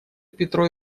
петро